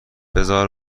بزار